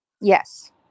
Yes